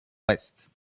ouest